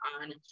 on